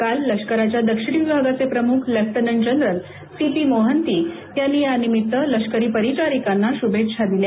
काल लष्करच्या दक्षिण विभागाचे प्रमुख lieutenant general C P Mohanty यांनी या निमित्त लश्करी परिचारिकांना शुभेच्छा दिल्या